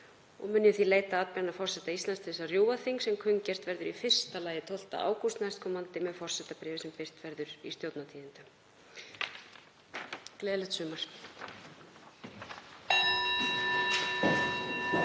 og mun ég því leita atbeina forseta Íslands til að rjúfa þing sem kunngert verður í fyrsta lagi 12. ágúst næstkomandi með forsetabréfi sem birt verður í Stjórnartíðindum. — Gleðilegt sumar.